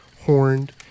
horned